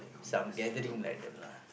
some gathering like that lah